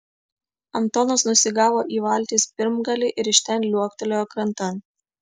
antonas nusigavo į valties pirmgalį ir iš ten liuoktelėjo krantan